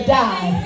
die